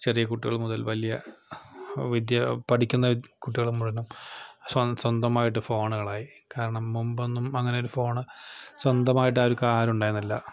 ചെറിയ കുട്ടികൾ മുതൽ വലിയ വിദ്യ പഠിക്കുന്ന കുട്ടികൾ മുഴുവനും സ്വ സ്വന്തമായിട്ട് ഫോണുകളായി കാരണം മുൻപൊന്നും അങ്ങനെയൊരു ഫോൺ സ്വന്തമായിട്ട് അവർക്കാർക്കും ഉണ്ടായിരുന്നില്ല